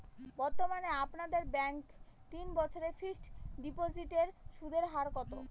বর্তমানে আপনাদের ব্যাঙ্কে তিন বছরের ফিক্সট ডিপোজিটের সুদের হার কত?